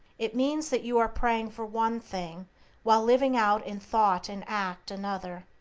it means that you are praying for one thing while living out in thought and act another.